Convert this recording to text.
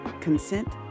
consent